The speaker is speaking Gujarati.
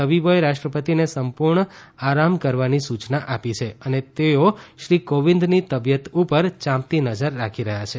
તબીબોએ રાષ્ટ્રપતિને સંપૂર્ણ આરામ કરવાની સૂચના આપી છે અને તેઓ શ્રી કોવિંદની તબીયત ઉપર યાંપતી નજર રાખી રહ્યા છે